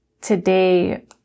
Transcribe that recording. today